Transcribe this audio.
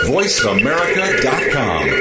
VoiceAmerica.com